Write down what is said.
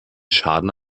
schaden